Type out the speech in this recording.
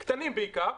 עסקים קטנים בעיקר.